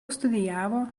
studijavo